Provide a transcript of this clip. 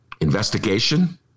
investigation